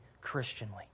Christianly